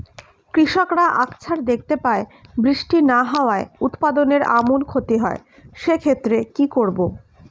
কৃষকরা আকছার দেখতে পায় বৃষ্টি না হওয়ায় উৎপাদনের আমূল ক্ষতি হয়, সে ক্ষেত্রে কি করব?